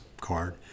card